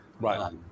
Right